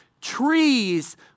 Trees